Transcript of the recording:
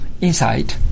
inside